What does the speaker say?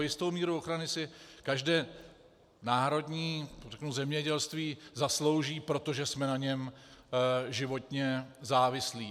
Jistou míru ochrany si každé národní zemědělství zaslouží, protože jsme na něm životně závislí.